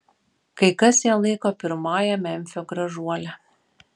kai kas ją laiko pirmąja memfio gražuole